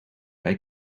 bij